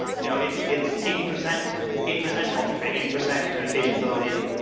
you know it's it's eighty percent eighty percent culture fit, eighty percent communication ability,